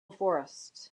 forest